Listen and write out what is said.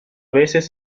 veces